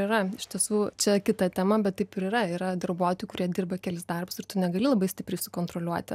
yra iš tiesų čia kita tema bet taip ir yra yra darbuotojų kurie dirba kelis darbus ir tu negali labai stipriai sukontroliuoti